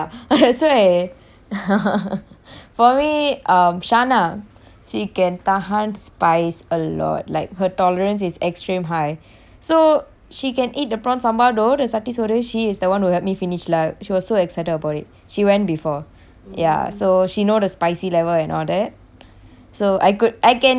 for me um shaana she can tahan spice a lot like her tolerance is extreme high so she can eat the prawn sambal though the satti soru sorru she is the one who help me finish lah she was so excited about it she went before ya so she know the spicy level and all that so I could I can trust her and bring her along lah to cavern